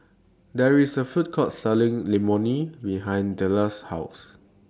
There IS A Food Court Selling Imoni behind Dellar's House